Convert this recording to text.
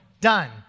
done